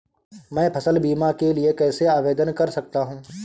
मैं फसल बीमा के लिए कैसे आवेदन कर सकता हूँ?